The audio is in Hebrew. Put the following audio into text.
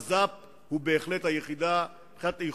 מז"פ היא בהחלט היחידה מבחינת איכות,